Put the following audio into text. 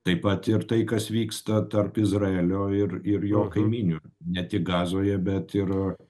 taip pat ir tai kas vyksta tarp izraelio ir ir jo kaimynių ne tik gazoje bet ir